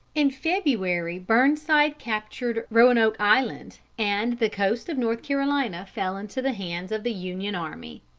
in february burnside captured roanoke island, and the coast of north carolina fell into the hands of the union army.